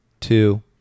two